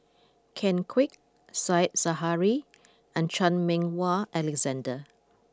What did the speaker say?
Ken Kwek Said Zahari and Chan Meng Wah Alexander